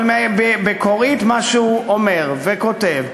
אבל בקוראי את מה שהוא אומר וכותב וחושב,